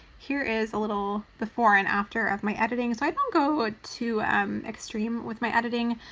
here is a little before and after of my editing. so i don't go ah too um extreme with my editing,